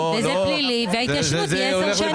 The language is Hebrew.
נכון, וזה פלילי וההתיישנות היא עשר שנים.